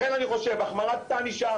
לכן אני חושב, החמרת הענישה,